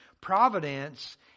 Providence